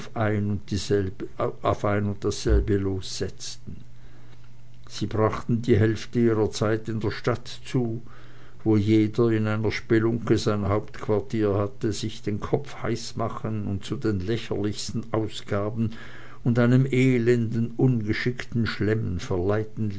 ein und dasselbe los setzten sie brachten die hälfte ihrer zeit in der stadt zu wo jeder in einer spelunke sein hauptquartier hatte sich den kopf heißmachen und zu den lächerlichsten ausgaben und einem elenden und ungeschickten schlemmen verleiten